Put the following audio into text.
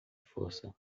força